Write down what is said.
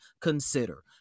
consider